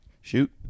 Shoot